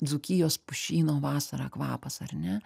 dzūkijos pušyno vasarą kvapas ar ne